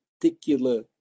particular